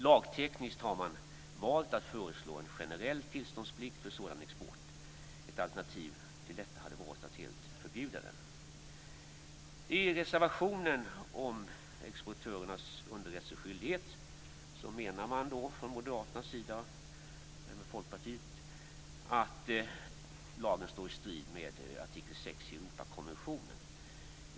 Lagtekniskt har man valt att föreslå en generell tillståndsplikt för sådan export. Ett alternativ till detta hade varit att helt förbjuda den. I reservationen om exportörernas underrättelseskyldighet menar man från Moderaternas och även Folkpartiets sida att lagen står i strid med artikel 6 i Europakonventionen.